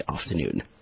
afternoon